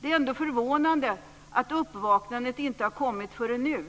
Det är ändå förvånande att uppvaknandet inte har kommit förrän nu.